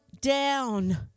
down